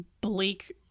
bleak